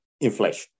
inflation